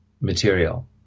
material